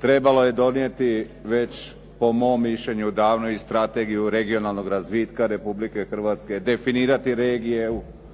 Trebalo je donijeti već po momo mišljenju davno i strategiju regionalnog razvitka Republike Hrvatske, definirati regije